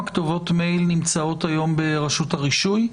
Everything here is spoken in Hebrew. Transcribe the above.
כתובות מייל נמצאות היום ברשות הרישוי,